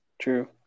True